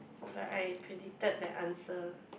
like I predicted that answer